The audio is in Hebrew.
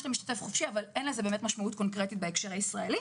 יש את המשתתף החופשי אבל אין לזה באמת משמעות קונקרטית בהקשר הישראלי.